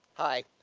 hi.